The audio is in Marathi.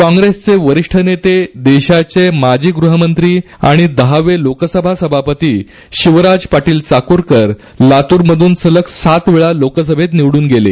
काँप्रेसचे वरिष्ठ नेते देशाचे माजी गृहमंत्री आणि दहावे लोकसभा सभापती शिवराज पाटील चाकूरकर लातूर मधून सलग सात वेळा लोकसभेत निवडून गेले